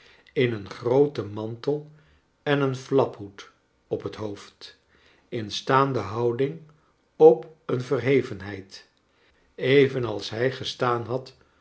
in een grooten mantel en een flaphoed op het hoofd in staande houding op een verhevenheid evenals hij gestaan had